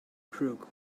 crook